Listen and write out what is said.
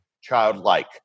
childlike